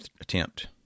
attempt